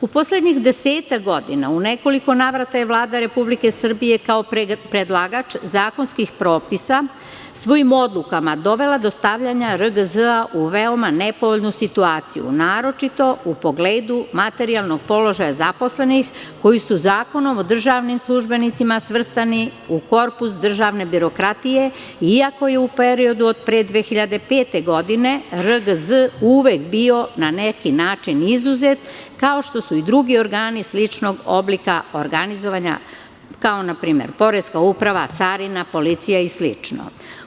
U poslednjih desetak godina u nekoliko navrata je Vlada Republike Srbije ako predlagač zakonskih propisa svojim odlukama dovela do stavljanja RGZ u veoma nepovoljnu situaciju, naročito u pogledu materijalnog položaja zaposlenih koji su Zakonom o državnim službenicima svrstani u korpus državne birokratije iako je u periodu od pre 2005. godine RGZ uvek bio na neki način izuzet kao što su i drugi organi sličnog oblika organizovanja, kao na primer Poreska uprava, carina, policija i slično.